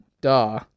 duh